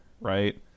right